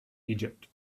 egypt